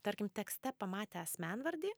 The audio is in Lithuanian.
tarkim tekste pamatę asmenvardį